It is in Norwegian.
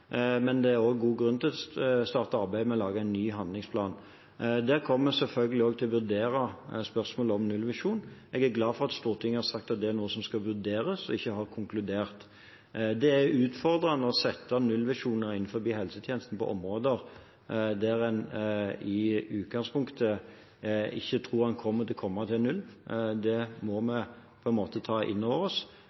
Men det er også god grunn til å starte arbeidet med å lage en ny handlingsplan. Der kommer vi selvfølgelig til å vurdere spørsmålet om nullvisjon. Jeg er glad for at Stortinget har sagt at det er noe som skal vurderes, og ikke har konkludert. Det er utfordrende å sette nullvisjoner innen helsetjenester på områder der en i utgangspunktet ikke tror at en kommer til å komme til null. Det må vi